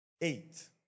Eight